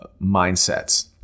mindsets